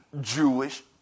Jewish